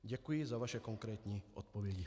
Děkuji za vaše konkrétní odpovědi.